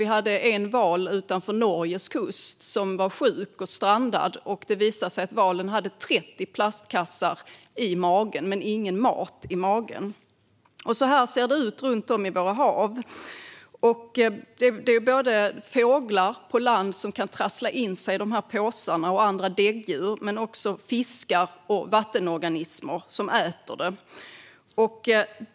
Vi hade en val utanför Norges kust som var sjuk och strandad. Det visade sig att valen hade 30 plastkassar i magen men ingen mat. Så här ser det ut runt om i våra hav. Fåglar och däggdjur på land kan trassla in sig i påsarna, men det är också så att fiskar och vattenorganismer äter detta.